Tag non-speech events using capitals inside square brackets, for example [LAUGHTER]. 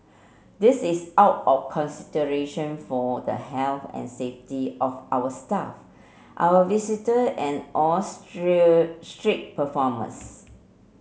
this is out of consideration for the health and safety of our staff our visitor and all [UNINTELLIGIBLE] street performers